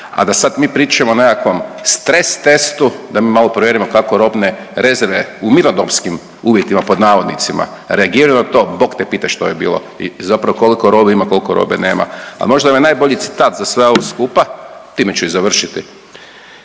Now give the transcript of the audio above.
A da sad mi pričamo o nekakvom stres testu da mi malo provjerimo kako robne rezerve u „mirnodopskim uvjetima“ reagiraju na to, bog te pita što je bilo i zapravo kolko robe ima kolko robe nema. A možda vam je najbolji citat za sve ovo skupa, time ću i završiti